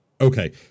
Okay